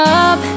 up